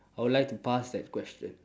I would like to pass that question